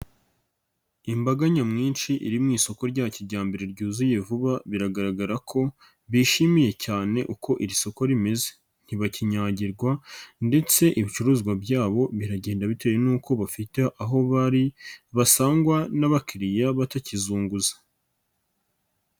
Imbaga nyamwinshi iri mu isoko rya kijyambere ryuzuye vuba biragaragara ko bishimiye cyane uko iri soko rimeze, ntibakinyagirwa ndetse ibicuruzwa byabo biragenda bitewe n'uko bafite aho bari basangwa n'abakiriya batakizunguza.